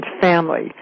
family